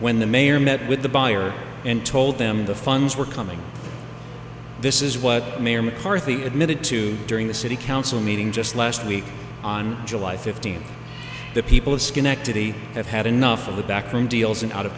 when the mayor met with the buyer and told them the funds were coming this is what mayor mccarthy admitted to during the city council meeting just last week on july fifteenth the people of schenectady have had enough of the backroom deals and out of